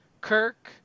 Kirk